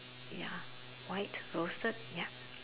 ya white roasted ya